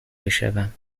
بشوم